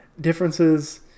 differences